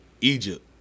Egypt